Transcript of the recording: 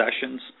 sessions